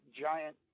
giant